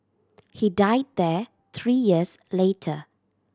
he died there three years later